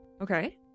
Okay